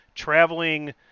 traveling